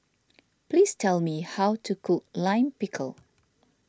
please tell me how to cook Lime Pickle